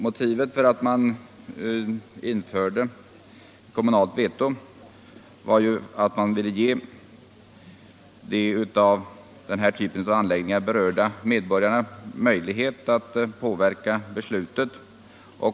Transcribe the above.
Motivet till att införa kommunalt veto var att man ville ge de av sådana anläggningar berörda medborgarna möjlighet att påverka besluten.